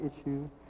issue